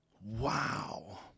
Wow